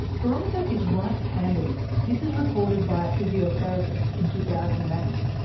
boronika is right-handed this is recorded by a physiotherapist in two thousand and eight.